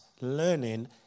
learning